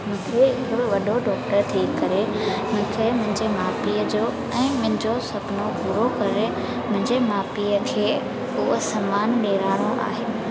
मूंखे हिकिड़ो वॾो डॉक्टर थी करे मूंखे मुंहिंजे माउ पीउ जो ऐं मुंहिंजो सुपिनो पूरो करे मुंहिंजे माउ पीउ खे उहो समानु ॾियारिणो आहे